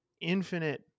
infinite